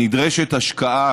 נדרשת השקעה